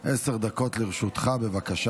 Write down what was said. עשר דקות לרשותך, בבקשה.